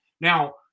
Now